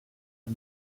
and